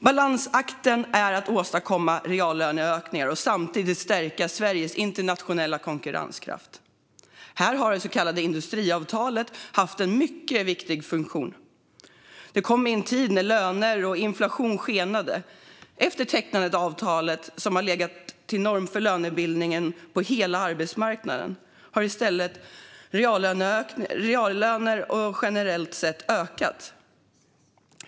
Balansakten är att åstadkomma reallöneökningar och samtidigt stärka Sveriges internationella konkurrenskraft. Här har det så kallade industriavtalet haft en mycket viktig funktion. Det kom i en tid när löner och inflation skenade. Efter att avtalet tecknades har det legat som norm för lönebildningen på hela arbetsmarknaden, och reallönerna har generellt sett ökat.